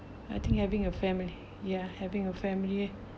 I think having a family ya having a family